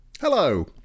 Hello